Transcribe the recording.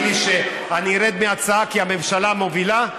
לי שאני ארד מההצעה כי הממשלה מובילה,